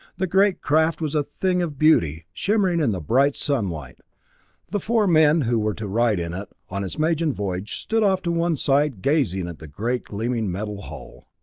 the great craft was a thing of beauty shimmering in the bright sunlight the four men who were to ride in it on its maiden voyage stood off to one side gazing at the great gleaming metal hull.